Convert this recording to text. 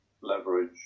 leverage